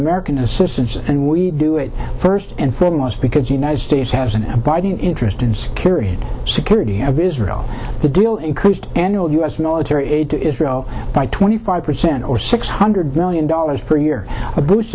american assistance and we do it first and foremost because united states has an abiding interest in security and security of israel the deal includes annual u s military aid to israel by twenty five percent or six hundred million dollars per year